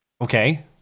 Okay